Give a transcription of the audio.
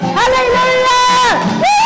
hallelujah